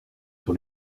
sur